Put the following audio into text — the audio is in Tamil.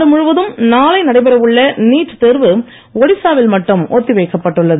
நாடு முழுவதும் நாளை நடைபெற உள்ள நீட் தேர்வு ஒடிசாவில் மட்டும் ஒத்தி வைக்கப்பட்டுள்ளது